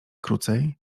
krócej